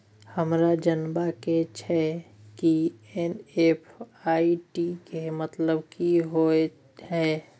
हमरा जनबा के छै की एन.ई.एफ.टी के मतलब की होए है?